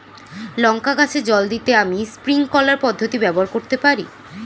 লঙ্কা গাছে জল দিতে আমি স্প্রিংকলার পদ্ধতি ব্যবহার করতে পারি?